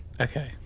okay